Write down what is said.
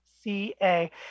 ca